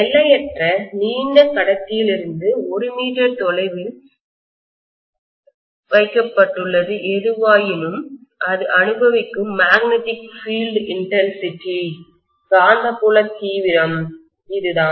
எல்லையற்ற நீண்ட கடத்தியிலிருந்து 1 மீ தொலைவில் வைக்கப்பட்டுள்ளது எதுவாயினும் அது அனுபவிக்கும் மேக்னெட்டிக் பீல்டு இன்டன்சிடி காந்தப்புல தீவிரம் இதுதான்